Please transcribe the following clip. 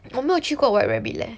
我没有去过 white rabbit leh